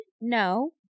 No